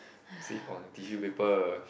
save on tissue paper